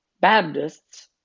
Baptists